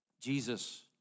Jesus